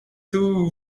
too